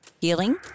healing